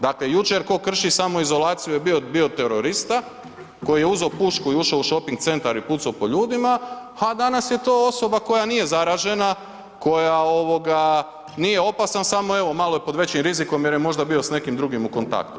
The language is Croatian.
Dakle, jučer tko krši samoizolaciju je bio bioterorista koji je uzeo pušku i ušao u šoping centar i pucao po ljudima, a danas je to osoba koja nije zaražena, koja ovoga nije opasna samo evo malo je pod većim rizikom jer je možda bio s nekim drugim u kontaktu.